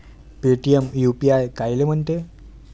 Paytm UPI कायले म्हनते?